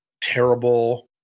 terrible